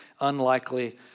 unlikely